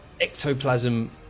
ectoplasm